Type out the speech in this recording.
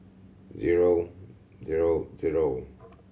zero zero zero